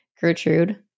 Gertrude